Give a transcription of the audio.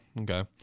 okay